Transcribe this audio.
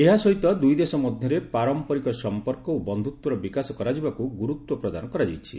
ଏହା ସହିତ ଦୁଇ ଦେଶ ମଧ୍ୟରେ ପାରମ୍ପରିକ ସମ୍ପର୍କ ଓ ବନ୍ଧୁତ୍ୱର ବିକାଶ କରାଯିବାକୁ ଗୁରୁତ୍ୱ ପ୍ରଦାନ କରାଯାଇଛି